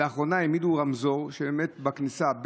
לאחרונה העמידו רמזור ב-446,